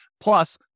Plus